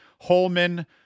Holman